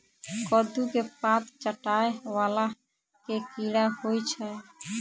कद्दू केँ पात चाटय वला केँ कीड़ा होइ छै?